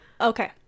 okay